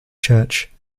church